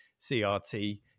CRT